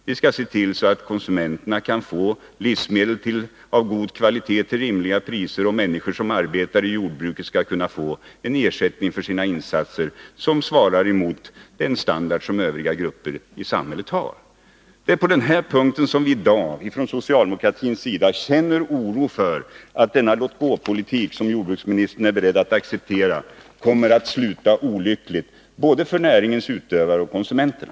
Vi skall se till att konsumenterna kan få livsmedel av god kvalitet till rimliga priser och att människor som arbetar inom jordbruket skall kunna få en ersättning för sina insatser som garanterar dem samma standard som övriga grupper i samhället har. Det är på denna punkt som vi från socialdemokratins sida i dag känner oro för att den låt-gå-politik som jordbruksministern är beredd att acceptera kommer att sluta olyckligt både för näringens utövare och för konsumenterna.